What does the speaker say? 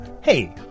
hey